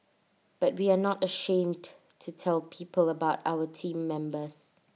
but we are not ashamed to tell people about our Team Members